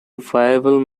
viable